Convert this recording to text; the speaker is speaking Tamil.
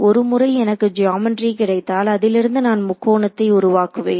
ஒருமுறை எனக்கு ஜியாமெட்ரி கிடைத்தால் அதிலிருந்து நான் முக்கோணத்தை உருவாக்குவேன்